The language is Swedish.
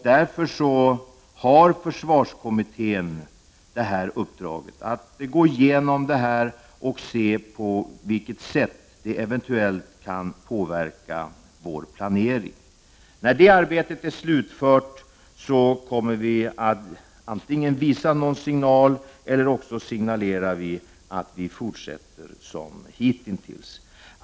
Därför har försvarskommittén fått i uppdrag att gå igenom detta och se på vilket sätt det eventuellt kan påverka vår planering. När detta arbete är slutfört kommer vi att antingen visa någon signal eller också signalerar vi att vi fortsätter som hitintills.